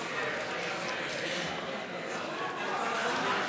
להצעת חוק המפלגות (תיקון מס' 20), התשע"ו 2016,